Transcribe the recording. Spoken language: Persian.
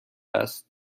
است